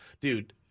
Dude